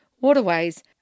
waterways